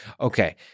Okay